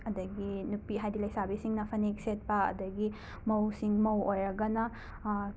ꯑꯗꯒꯤ ꯅꯨꯄꯤ ꯍꯥꯏꯗꯤ ꯂꯩꯁꯥꯕꯤꯁꯤꯡꯅ ꯐꯅꯦꯛ ꯁꯦꯠꯄ ꯑꯗꯒꯤ ꯃꯧꯁꯤꯡ ꯃꯧ ꯑꯣꯏꯔꯒꯅ